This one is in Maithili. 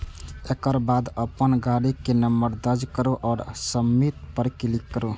एकर बाद अपन गाड़ीक नंबर दर्ज करू आ सबमिट पर क्लिक करू